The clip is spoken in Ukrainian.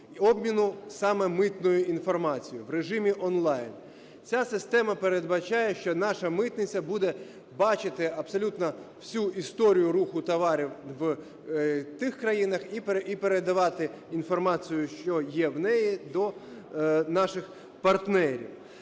обміну саме митною інформацією в режимі онлайн. Ця система передбачає, що наша митниця буде бачити абсолютно всю історію руху товарів в тих країнах і передавати інформацію, що є в неї, до наших партнерів,